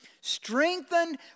Strengthened